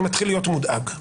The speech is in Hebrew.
אני מתחיל להיות מודאג.